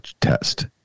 test